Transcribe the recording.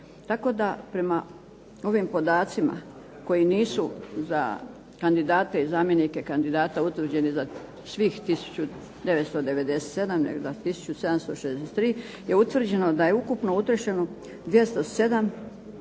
Tako da prema ovim podacima koji nisu za kandidate i zamjenike kandidata utvrđeni za svih 1997 nego za 1763 je utvrđeno da je ukupno utrošeno 207